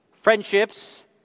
Friendships